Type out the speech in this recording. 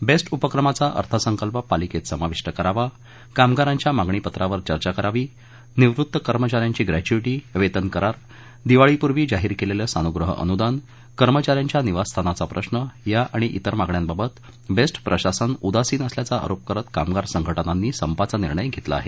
best उपक्रमाचा अर्थसंकल्प पालिकेत समाविष्ट करावा कामगारांच्या मागणी पत्रावर चर्चा करावी निवृत्त कर्मचाऱ्यांची ग्रॅच्युईटी वेतन करार दिवाळीपूर्वी जाहीर केलेलं सानुग्रह अनुदान कर्मचाऱ्यांच्या निवासस्थानाचा प्रश्र या आणि त्तिर मागण्यांबाबत बेस्ट प्रशासन उदासिन असल्याचा आरोप करत कामगार संघटनांनी संपाचा निर्णय घेतला आहे